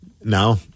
no